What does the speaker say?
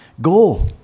Go